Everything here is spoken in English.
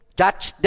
judge